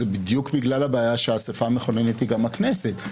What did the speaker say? זה בדיוק בגלל הבעיה שהאספה המכוננת היא גם הכנסת.